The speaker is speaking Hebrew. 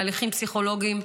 תהליכים פסיכולוגיים,